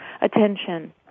Attention